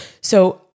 So-